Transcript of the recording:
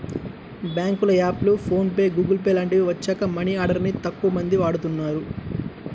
బ్యేంకుల యాప్లు, PhonePe, Google Pay లాంటివి వచ్చాక మనీ ఆర్డర్ ని తక్కువమంది వాడుతున్నారు